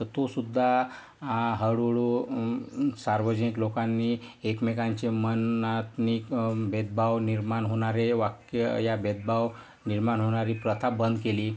तर तो सुद्धा हळूहळू सार्वजिक लोकांनी एकमेकांचे मनातून भेदभाव निर्माण होणारे वाक्य या भेदभाव निर्माण होणारी प्रथा बंद केली